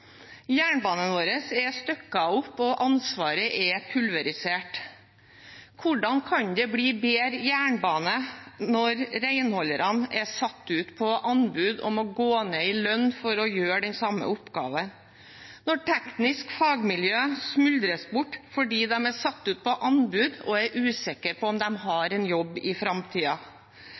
Jernbanen vår er stykket opp, og ansvaret er pulverisert. Hvordan kan det bli en bedre jernbane når renholderne er satt ut på anbud og må gå ned i lønn for å gjøre den samme oppgaven, når teknisk fagmiljø smuldrer bort fordi de er satt ut på anbud og er usikre på om de har en jobb i